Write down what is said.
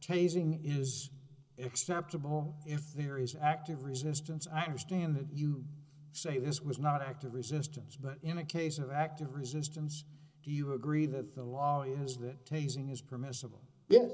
tasing use except if there is active resistance i understand that you say this was not an act of resistance but in a case of active resistance do you agree that the lawyers that tasing is permissible yeah